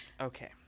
okay